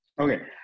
Okay